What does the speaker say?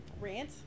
Rant